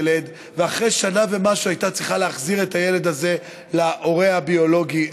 ואחרי שנה ומשהו הייתה צריכה להחזיר את הילד הזה להורה הביולוגי,